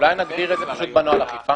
אולי נגדיר את זה בנוהל אכיפה.